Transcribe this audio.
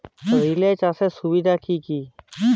Relay চাষের সুবিধা গুলি কি কি?